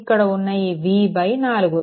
ఇక్కడ ఉన్న ఈ v4